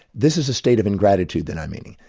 this is the state of ingratitude that i mean,